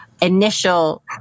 initial